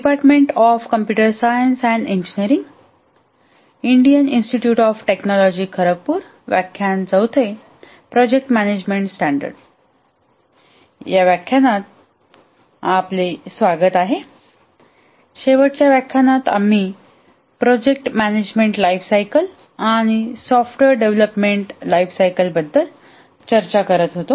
या व्याख्यानात आपले स्वागत आहे शेवटच्या व्याख्यानात आम्ही प्रोजेक्ट मॅनेजमेंट लाइफसायकल आणि सॉफ्टवेअर डेव्हलपमेंट लाइफसायकल बद्दल चर्चा करत होतो